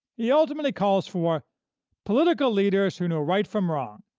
he ultimately calls for political leaders who know right from wrong.